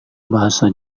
bahasa